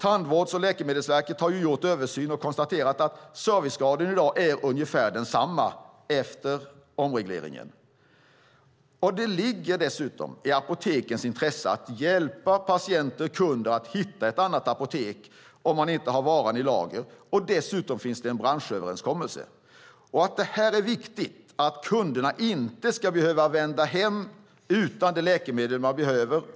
Tandvårds och läkemedelsförmånsverket har gjort en översyn och konstaterar att servicegraden i dag är ungefär densamma efter omregleringen. Det ligger dessutom i apotekens intresse att hjälpa patienter och kunder att hitta ett annat apotek om man inte har varan i lager. Dessutom finns det en branschöverenskommelse. Det är viktigt att kunderna inte ska behöva vända hem utan det läkemedel man behöver.